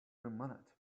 minute